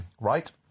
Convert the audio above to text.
Right